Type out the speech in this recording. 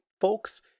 folks